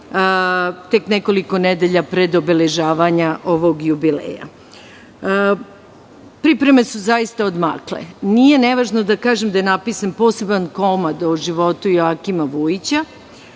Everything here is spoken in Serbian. tek nekoliko nedelja pred obeležavanje ovog jubileja. Pripreme su zaista odmakle, nije nevažno da kažem da je napisan poseban komad o životu Joakima Vujića,